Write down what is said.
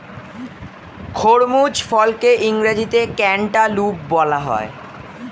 খরমুজ ফলকে ইংরেজিতে ক্যান্টালুপ বলা হয়